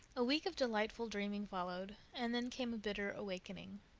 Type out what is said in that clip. a week of delightful dreaming followed, and then came a bitter awakening.